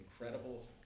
incredible